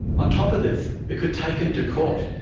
on top of this it could take him to court.